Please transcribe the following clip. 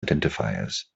identifiers